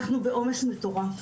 אנחנו בעומס מטורף,